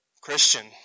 Christian